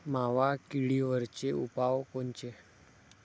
मावा किडीवरचे उपाव कोनचे?